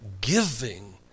giving